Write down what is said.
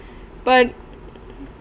but